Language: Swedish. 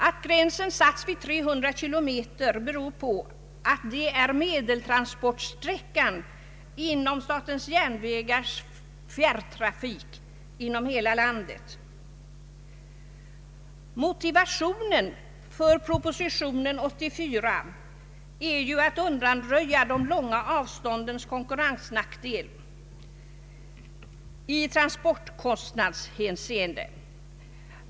Att gränsen har satts vid 300 kilometer beror på att det är medeltransportsträckan inom statens järnvägars fjärrtrafik i hela landet. Motiven för proposition nr 84 har varit att undanröja de långa avståndens konkurrensnackdel i transportkostnadshänseende.